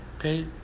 Okay